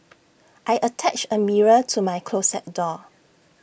I attached A mirror to my closet door